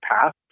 path